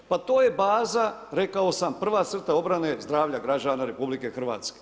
Pa to je baza, rekao sam, prva crta obrane zdravlja građana RH.